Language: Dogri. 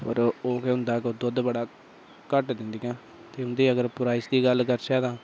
होर ओह् केह् होंदा कि दूद्ध बड़ा घट्ट दिंदियां ते उं'दी अगर प्राईस दी गल्ल करचै तां